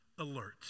alert